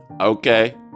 Okay